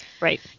right